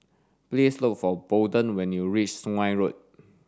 please look for Bolden when you reach Sungei Road